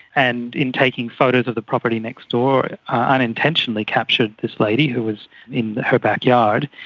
and in taking photos of the property next door unintentionally captured this lady who was in her backyard,